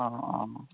অঁ অঁ